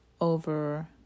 over